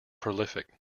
prolific